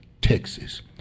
Texas